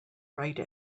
write